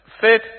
faith